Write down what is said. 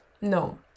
no